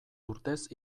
urtez